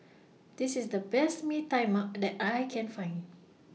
This IS The Best Mee Tai Mak that I Can Find